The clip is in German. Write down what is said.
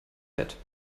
bett